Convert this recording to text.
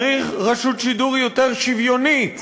צריך רשות שידור יותר שוויונית,